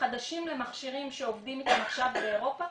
חדשים למכשירים שעובדים איתם עכשיו באירופה,